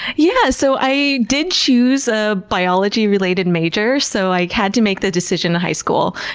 yeah so i did choose a biology-related major, so i had to make the decision in high school.